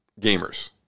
gamers